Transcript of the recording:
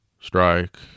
Strike